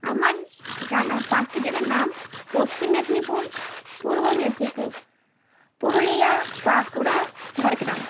আমার জানা পাঁচটি জেলার নাম পশ্চিম মেদিনীপুর পূর্ব মেদিনীপুর পুরুলিয়া বাঁকুড়া ঝাড়গ্রাম